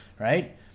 right